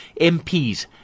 MPs